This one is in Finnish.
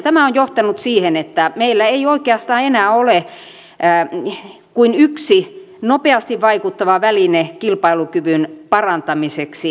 tämä on johtanut siihen että meillä ei oikeastaan enää ole kuin yksi nopeasti vaikuttava väline kilpailukyvyn parantamiseksi